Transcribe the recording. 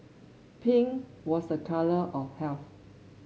pink was a colour of health